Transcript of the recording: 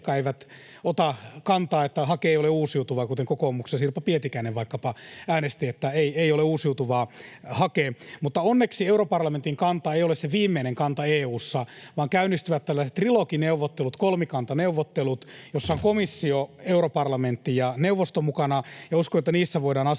sellaista kantaa, että hake ei ole uusiutuva, kuten vaikkapa kokoomuksen Sirpa Pietikäinen äänesti, että ei ole uusiutuvaa hake. Mutta onneksi europarlamentin kanta ei ole se viimeinen kanta EU:ssa, vaan käynnistyvät tällaiset trilogineuvottelut, kolmikantaneuvottelut, jossa ovat komissio, europarlamentti ja neuvosto mukana, ja uskon, että niissä voidaan asiaan